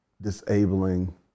disabling